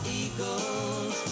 eagles